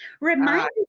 Remind